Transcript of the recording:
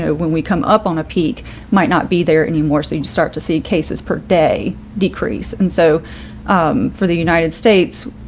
when we come up on a peak might not be there anymore. so you start to see cases per day decrease. and so for the united states,